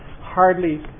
hardly